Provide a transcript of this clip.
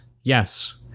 Yes